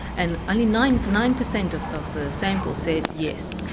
and only nine nine per cent of of the sample said yes.